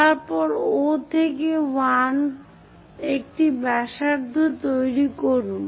তারপর O থেকে 1 একটি ব্যাসার্ধ তৈরি করুন